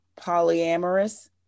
polyamorous